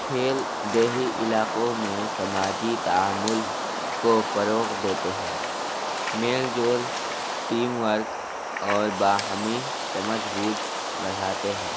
کھیل دیہی علاقوں میں سماجی تعامل کو فروغ دیتے ہیں میل جول ٹیم ورک اور باہمی سمجھ بوجھ بڑھاتے ہیں